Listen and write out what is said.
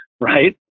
right